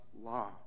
law